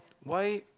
why